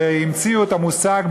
והמציאו את המושג,